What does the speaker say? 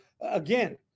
again